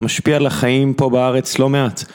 משפיע לחיים פה בארץ לא מעט